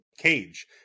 Cage